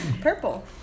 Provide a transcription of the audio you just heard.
Purple